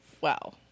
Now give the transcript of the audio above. Wow